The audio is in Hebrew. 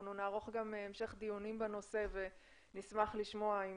אנחנו נערוך גם המשך דיונים בנושא ונשמח לשמוע אם